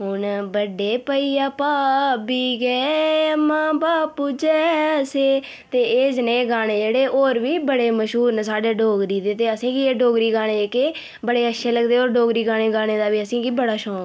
हून बड्डे भैया भाभी गै मां बापू जैसे ते एह् जनेह् गाने जेह्ड़े होर बी बड़े मश्हूर न साढ़े डोगरी दे ते असेंगी एह् डोगरी गाने जेह्के बड़े अच्छे लगदे होर डोगरी गाने गाने दा बी असेंगी बड़ा शौंक